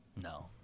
No